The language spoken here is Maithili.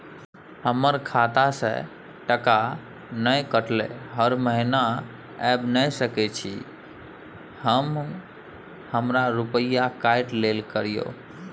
हमर खाता से टका नय कटलै हर महीना ऐब नय सकै छी हम हमर रुपिया काइट लेल करियौ?